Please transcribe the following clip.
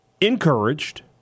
encouraged